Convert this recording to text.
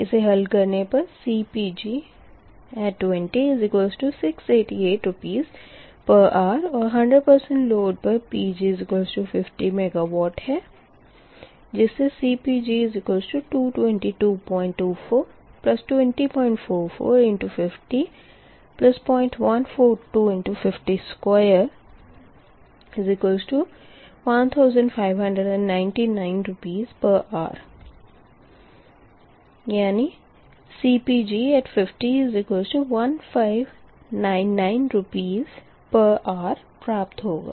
इसे हल करने पर CPg20688 Rshr और 100 लोड पर Pg50 MW है जिससे CPg222242044×500142×5021599 Rshr CPg501599 Rshr प्राप्त होगा